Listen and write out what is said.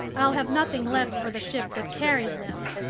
i'll have nothing left for the ship that carries them!